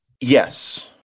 Yes